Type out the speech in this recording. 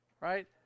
right